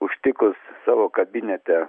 užtikus savo kabinete